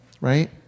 right